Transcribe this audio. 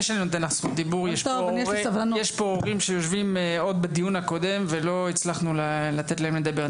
יש פה הורים שיושבים עוד מהדיון הקודם ולא הצלחנו לתת להם לדבר.